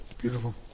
Beautiful